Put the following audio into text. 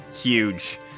Huge